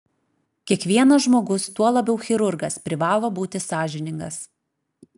kiekvienas žmogus tuo labiau chirurgas privalo būti sąžiningas